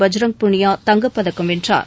பஜ்ரங் புனியா தங்கப் பதக்கம் வென்றார்